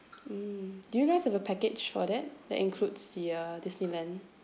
mm do you guys have a package for that that includes the uh Disneyland